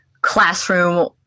classroom